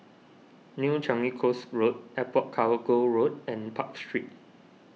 New Changi Coast Road Airport Cargo Road and Park Street